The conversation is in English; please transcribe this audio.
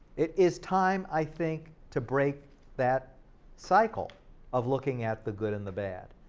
it is time, i think, to break that cycle of looking at the good and the bad.